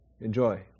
enjoy